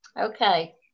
Okay